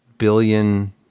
Billion